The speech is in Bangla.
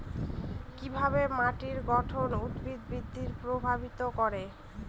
কিভাবে মাটির গঠন উদ্ভিদ বৃদ্ধি প্রভাবিত করে?